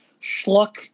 schluck